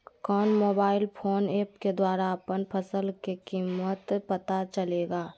कौन mobile phone app के द्वारा अपन फसल के कीमत पता चलेगा?